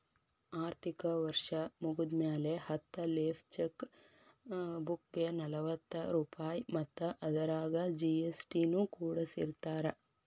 ಆರ್ಥಿಕ ವರ್ಷ್ ಮುಗ್ದ್ಮ್ಯಾಲೆ ಹತ್ತ ಲೇಫ್ ಚೆಕ್ ಬುಕ್ಗೆ ನಲವತ್ತ ರೂಪಾಯ್ ಮತ್ತ ಅದರಾಗ ಜಿ.ಎಸ್.ಟಿ ನು ಕೂಡಸಿರತಾರ